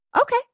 Okay